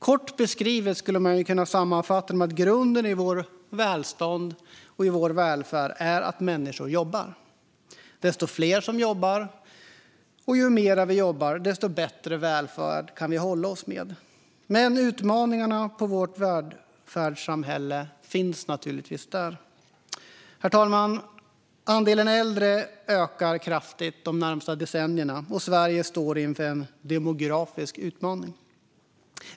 Kortfattat skulle jag kunna sammanfatta detta med att grunden i vårt välstånd och i vår välfärd är att människor jobbar. Ju fler som jobbar och ju mer vi jobbar, desto bättre välfärd kan vi hålla oss med. Men utmaningarna finns naturligtvis i vårt välfärdssamhälle. Herr talman! Andelen äldre ökar kraftigt de närmaste decennierna, och Sverige står inför en demografisk utmaning.